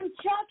Chuck